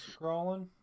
scrolling